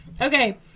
Okay